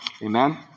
Amen